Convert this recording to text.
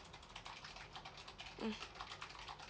mm